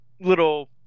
little